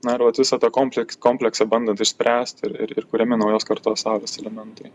na ir vat visą tą kompleks kompleksą bandant išspręst ir ir ir kuriami naujos kartos saulės elementai